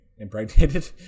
impregnated